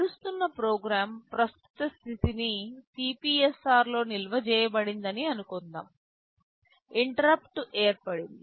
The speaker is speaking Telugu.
నడుస్తున్న ప్రోగ్రాం ప్రస్తుత స్థితిని CPSR లో నిల్వ చేయబడిందని అనుకుందాం ఇంటర్అప్టు ఏర్పడింది